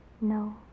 No